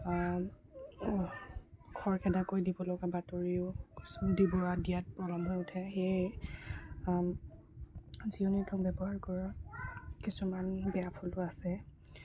খৰখেদাকৈ দিব লগা বাতৰিও দিব অ দিয়াত পলম হৈ উঠে সেয়ে জিঅ' নেটৱৰ্ক ব্যৱহাৰ কৰা কিছুমান বেয়া ফলো আছে